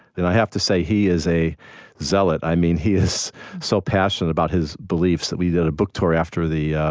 and i have to say he is a zealot. i mean, he is so passionate about his beliefs that we did a book tour after the